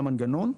המנגנון.